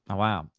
ah wow.